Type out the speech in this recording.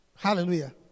Hallelujah